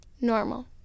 Normal